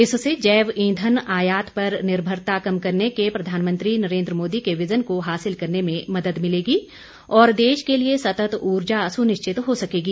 इससे जैव ईंधन आयात पर निर्भरता कम करने के प्रधानमंत्री नरेन्द्र मोदी के विज़न को हासिल करने में मदद मिलेगी और देश के लिए सतत ऊर्जा सुनिश्चित हो सकेगी